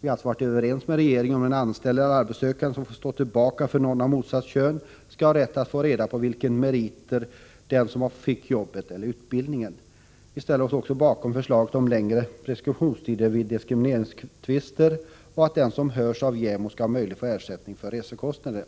Vi är alltså överens med regeringen om att en anställd eller arbetssökande som fått stå tillbaka för någon av motsatt kön skall ha rätt att få reda på vilka meriter den har som fick jobbet eller utbildningen. Vi ställer oss också bakom förslaget om längre preskriptionstider vid diskrimineringstvister och att den som hörs av JämO skall ha möjlighet att få ersättning för resekostnader.